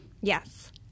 Yes